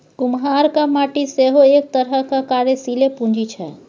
कुम्हराक माटि सेहो एक तरहक कार्यशीले पूंजी छै